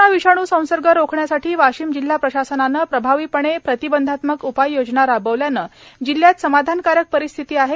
corona विषाणू संसर्ग रोखण्यासाठी वाशिम जिल्हा प्रशासनाने प्रभावीपणे प्रतिबंधात्मक उपाययोजना राबविल्याने जिल्ह्यात समाधानकारक परिस्थिती आहे